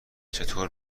چطور